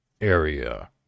area